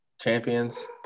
champions